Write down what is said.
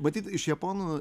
matyt iš japonų